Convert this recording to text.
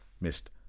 Missed